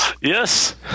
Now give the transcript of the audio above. Yes